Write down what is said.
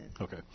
Okay